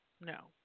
No